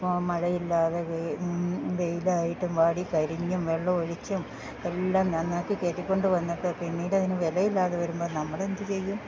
ഇപ്പം മഴ ഇല്ലാതെ വെയിലായിട്ടും വാടിക്കരിഞ്ഞും വെള്ളം ഒഴിച്ചും എല്ലാം നന്നാക്കി കയറ്റി കൊണ്ട് വന്നിട്ടോ പിന്നീട് അതിന് വില ഇല്ലാതെ വരുമ്പം നമ്മൾ എന്ത് ചെയ്യും